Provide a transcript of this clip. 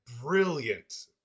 brilliant